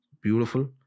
beautiful